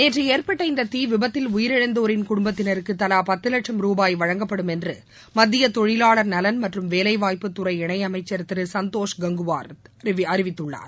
நேற்று ஏற்பட்ட இந்த தீ விபத்தில் உயிரிழந்தோரின் குடும்பத்தினருக்கு தவா பத்து வட்சும் ருபாய் வழங்கப்படும் என்று மத்திய தொழிவாளர் நலன் மற்றும் வேலைவாய்ப்புத்துறை இணையமைச்சர் திரு சந்தோஷ் கங்குவார் அறிவித்துள்ளார்